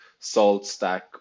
SaltStack